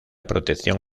protección